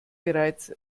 bereits